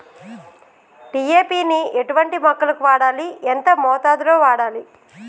DAP ని ఎటువంటి మొక్కలకు వాడాలి? ఎంత మోతాదులో వాడాలి?